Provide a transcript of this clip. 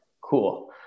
cool